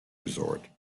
resort